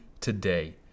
today